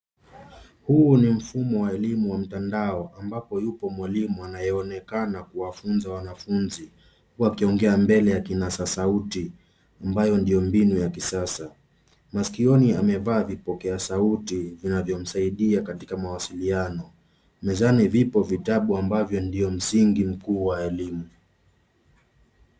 Huu ni mfumo wa elimu wa mtandao, ambapo yupo mwalimu anayeonekana kuwafunza wanafunzi, wakiongea mbele ya kinasa sauti, ambayo ndio mbinu ya kisasa. Masikioni amevaa vipokea sauti vinavyomsaidia katika mawasiliano. Mezani vipo vitabu ambavyo ndio msingi mkuu wa elimu.